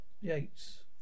Yates